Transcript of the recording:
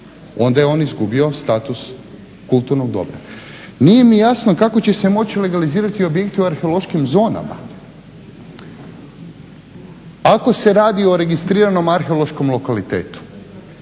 Onda je on izgubio status kulturnog dobra. Nije mi jasno kako će se moći legalizirati objekti u arheološkim zonama. Ako se radi o registriranom arheološkom lokalitetu